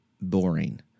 boring